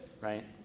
right